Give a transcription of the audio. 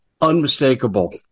unmistakable